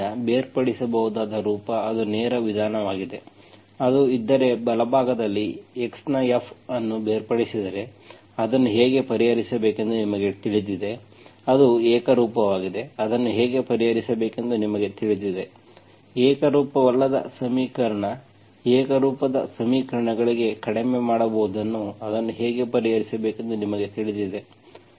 ಆದ್ದರಿಂದ ಬೇರ್ಪಡಿಸಬಹುದಾದ ರೂಪ ಅದು ನೇರ ವಿಧಾನವಾಗಿದೆ ಅದು ಇದ್ದರೆ ಬಲಭಾಗದಲ್ಲಿ x ನ F ಅನ್ನು ಬೇರ್ಪಡಿಸಿದರೆ ಅದನ್ನು ಹೇಗೆ ಪರಿಹರಿಸಬೇಕೆಂದು ನಿಮಗೆ ತಿಳಿದಿದೆ ಅದು ಏಕರೂಪವಾಗಿದೆ ಅದನ್ನು ಹೇಗೆ ಪರಿಹರಿಸಬೇಕೆಂದು ನಿಮಗೆ ತಿಳಿದಿದೆ ಏಕರೂಪವಲ್ಲದ ಸಮೀಕರಣ ಏಕರೂಪದ ಸಮೀಕರಣಗಳಿಗೆ ಕಡಿಮೆ ಮಾಡಬಹುದು ಅದನ್ನು ಹೇಗೆ ಪರಿಹರಿಸಬೇಕೆಂದು ನಿಮಗೆ ತಿಳಿದಿದೆ